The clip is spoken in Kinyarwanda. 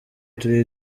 turi